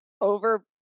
over